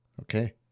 okay